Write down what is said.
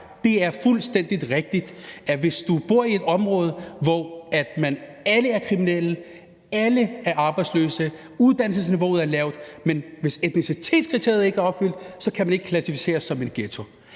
det er fuldstændig rigtigt, at hvis man bor i et område, hvor alle er kriminelle, alle er arbejdsløse og uddannelsesniveauet er lavt, så kan man, hvis etnicitetskriteriet ikke er opfyldt, ikke klassificeres som en ghetto.